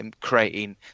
creating